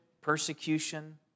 persecution